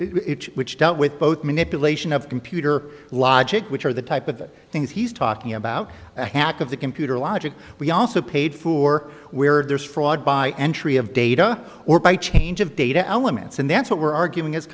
which dealt with both manipulation of computer logic which are the type of things he's talking about the hack of the computer logic we also paid for where there's fraud by entry of data or by change of data elements and that's what we're argu